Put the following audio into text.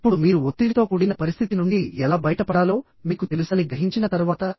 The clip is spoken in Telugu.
ఇప్పుడు మీరు ఒత్తిడితో కూడిన పరిస్థితి నుండి ఎలా బయటపడాలో మీకు తెలుసని గ్రహించిన తర్వాత